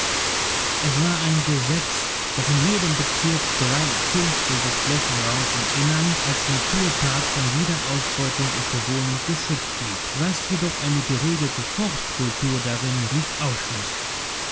es war ein gesetz daß in jedem bezirk drei fünftel des flächenraums im innern als naturpark von jeder ausbeutung und bewohnung geschützt blieb was jedoch eine geregelte forstkultur darin nicht ausschloß